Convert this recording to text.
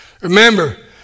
Remember